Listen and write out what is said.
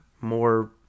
more